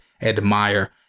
admire